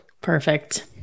perfect